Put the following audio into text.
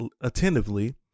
attentively